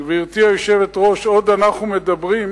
גברתי, היושב-ראש, עוד אנחנו מדברים,